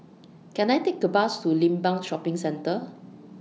Can I Take A Bus to Limbang Shopping Centre